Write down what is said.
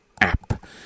app